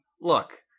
look